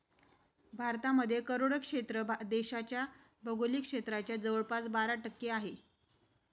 भारतामध्ये कोरडे क्षेत्र देशाच्या भौगोलिक क्षेत्राच्या जवळपास बारा टक्के आहे